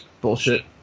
bullshit